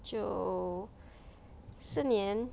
就四年